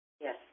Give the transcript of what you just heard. Yes